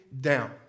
down